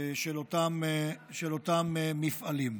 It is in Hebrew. של אותם מפעלים.